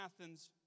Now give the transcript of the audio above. Athens